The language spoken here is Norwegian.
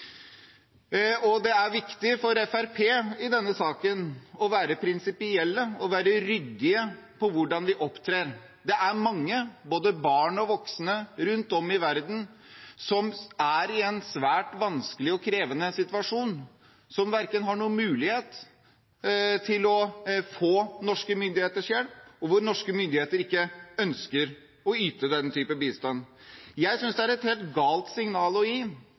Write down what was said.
vilje. Det er viktig for Fremskrittspartiet i denne saken å være prinsipiell og ryddig i hvordan vi opptrer. Det er mange, både barn og voksne rundt om i verden, som er i en svært vanskelig og krevende situasjon, som ikke har noen mulighet til å få norske myndigheters hjelp, og hvor norske myndigheter ikke ønsker å yte den type bistand. Jeg synes det er et helt galt signal å gi